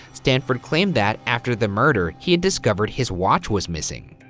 stanford claimed that after the murder, he had discovered his watch was missing.